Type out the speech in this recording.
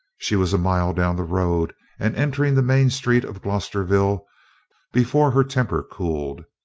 she was a mile down the road and entering the main street of glosterville before her temper cooled.